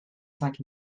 cinq